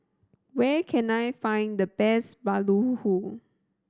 where can I find the best baluhu